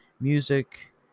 Music